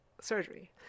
surgery